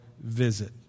visit